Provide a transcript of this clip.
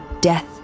death